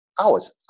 hours